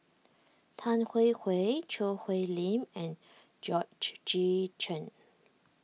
Tan Hwee Hwee Choo Hwee Lim and Georgette Chen